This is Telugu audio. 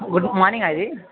గుడ్ మార్నింగా ఇది